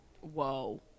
Whoa